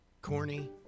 Corny